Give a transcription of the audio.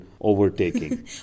overtaking